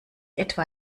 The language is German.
etwa